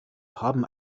haben